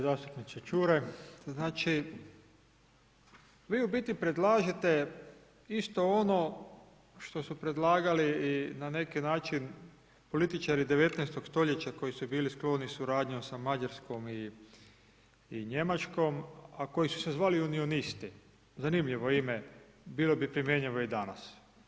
Zastupniče Čuraj, znači vi u biti predlažete isto ono što su predlagali i na neki način političari '19.-tog stoljeća koji su bili skloni suradnjom sa Mađarskom i Njemačkom a koji su se zvali unionisti, zanimljivo ime, bilo bi primjenjivo i danas.